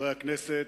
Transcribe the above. חברי הכנסת,